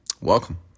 Welcome